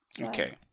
Okay